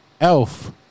Elf